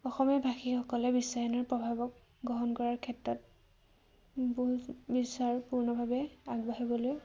অসমীয়া ভাষীসকলে বিশ্বায়নৰ প্ৰভাৱক গ্ৰহণ কৰাৰ ক্ষেত্ৰত বিচাৰ পূৰ্ণভাৱে আগবাঢ়িবলৈ